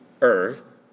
earth